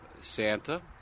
Santa